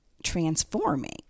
transforming